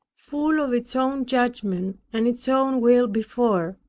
full of its own judgment and its own will before,